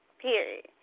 Period